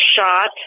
shot